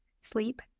sleep